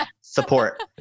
support